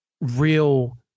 real